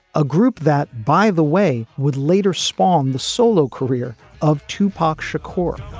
a group that, by the way, would later spawn the solo career of tupac shakur.